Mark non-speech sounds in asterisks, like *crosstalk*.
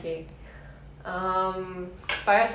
*laughs*